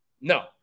No